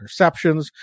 interceptions